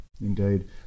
Indeed